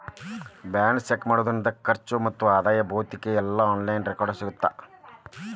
balance check ಮಾಡೋದ್ರಿಂದ ಖರ್ಚು ಮತ್ತ ಆದಾಯದ್ ಭೌತಿಕ ಇಲ್ಲಾ ಆನ್ಲೈನ್ ರೆಕಾರ್ಡ್ಸ್ ಸಿಗತ್ತಾ